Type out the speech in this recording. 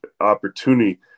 opportunity